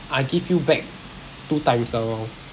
I give you back two times the amount